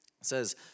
says